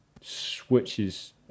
switches